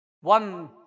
one